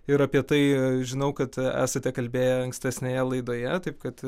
ir apie tai žinau kad esate kalbėję ankstesnėje laidoje taip kad